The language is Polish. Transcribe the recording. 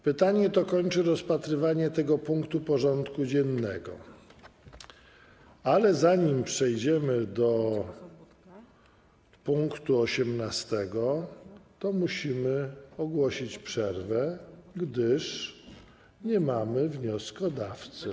Pytanie to kończy rozpatrywanie tego punktu porządku dziennego, ale zanim przejdziemy do punktu 18., musimy ogłosić przerwę, gdyż nie ma wnioskodawcy.